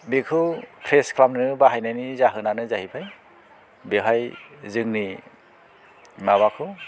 बेखौ फ्रेश खालामनो बाहायनायनि जाहोनानो जाहैबाय बेहाय जोंनि माबाखौ